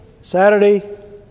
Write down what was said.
Saturday